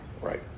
Right